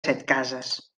setcases